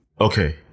Okay